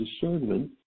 discernment